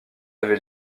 avait